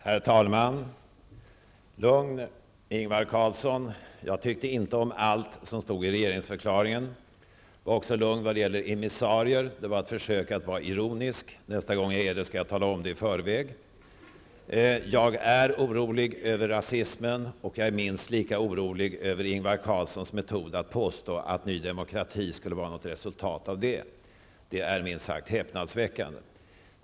Herr talman! Lugn, Ingvar Carlsson, jag tyckte inte om allt som stod i regeringsförklaringen. Var också lugn när det gäller emissarier. Det var ett försök att vara ironisk. Nästa gång jag är det skall jag tala om det i förväg. Jag är orolig över rasismen, och jag är minst lika orolig över Ingvar Carlssons metod att påstå att ny demokrati skulle vara ett resultat av den. Det är minst sagt häpnadsväckande.